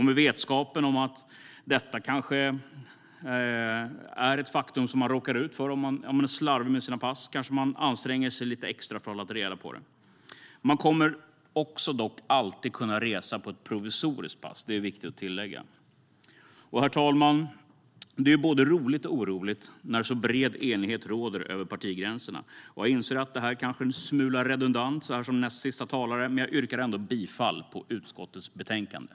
Med vetskapen om att detta är ett faktum som man råkar ut för om man är slarvig med sina pass kanske man anstränger sig lite extra för att hålla reda på dem. Man kommer dock alltid att kunna resa med ett provisoriskt pass, vilket är viktigt att tillägga. Herr talman! Det är både roligt och oroligt när en så bred enighet råder över partigränserna. Jag inser, som näst sista talare, att detta kanske är en smula redundant, men jag yrkar ändå bifall till utskottets förslag i betänkandet.